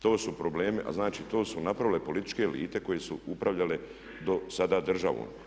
To su problemi a znači to su napravile političke elite koje su upravljale sada državom.